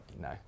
no